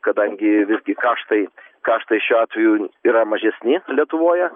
kadangi visgi kaštai kaštai šiuo atveju yra mažesni lietuvoje